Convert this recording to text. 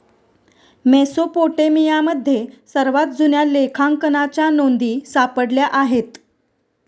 मेसोपोटेमियामध्ये सर्वात जुन्या लेखांकनाच्या नोंदी सापडल्या आहेत